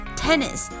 tennis